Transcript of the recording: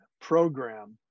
program